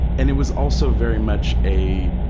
and it was also very much a,